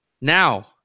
Now